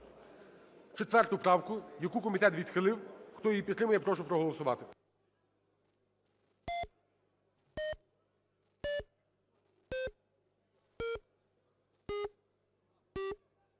4 правку, яку комітет відхилив. Хто її підтримує – я прошу проголосувати.